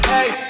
Hey